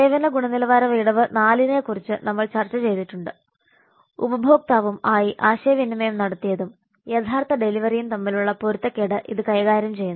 സേവന ഗുണനിലവാര വിടവ് 4 നെക്കുറിച്ച് നമ്മൾ ചർച്ച ചെയ്തിട്ടുണ്ട് ഉപഭോക്താവും ആയി ആശയവിനിമയം നടത്തിയതും യഥാർത്ഥ ഡെലിവറിയും തമ്മിലുള്ള പൊരുത്തക്കേട് ഇത് കൈകാര്യം ചെയ്യുന്നു